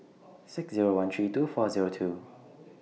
six Zero one three two four Zero two